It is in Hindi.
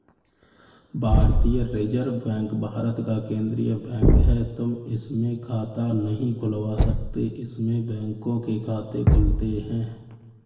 भारतीय रिजर्व बैंक भारत का केन्द्रीय बैंक है, तुम इसमें खाता नहीं खुलवा सकते इसमें बैंकों के खाते खुलते हैं